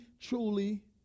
truly